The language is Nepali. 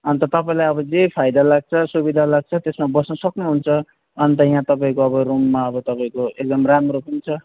अनि त तपाईँलाई अब जे फाइदा लाग्छ सुविधा लाग्छ त्यसमा बस्न सक्नुहुन्छ अनि त यहाँ तपाईँको अब रुममा अब तपाईँको एकदम राम्रो पनि छ